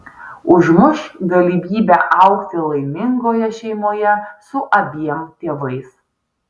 užmuš galimybę augti laimingoje šeimoje su abiem tėvais